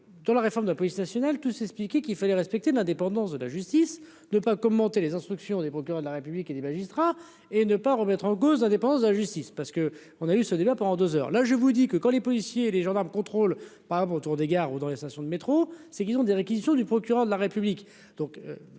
de la réforme de la police nationale, tous s'expliquer qu'il fallait respecter l'indépendance de la justice ne pas commenter les instructions des procureurs de la République et des magistrats et ne pas remettre en cause l'indépendance de la justice parce que on a eu ce débat pendant 2 heures, là je vous dis que quand les policiers et les gendarmes contrôlent pas autour des gares ou dans les stations de métro, c'est qu'ils ont des réquisitions du procureur de la République,